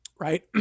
Right